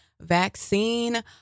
vaccine